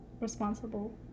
Responsible